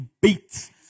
Beats